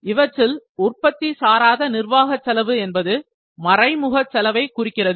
இவற்றில் உற்பத்தி சாராத நிர்வாக செலவு என்பது மறைமுக செலவை குறிக்கிறது